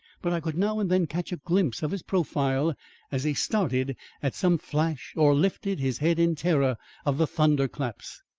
but i could now and then catch a glimpse of his profile as he started at some flash or lifted his head in terror of the thunder-claps.